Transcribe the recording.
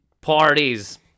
parties